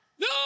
No